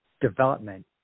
development